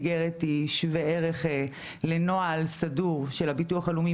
איגרת היא שווה ערך לנוהל סדור של הביטוח הלאומי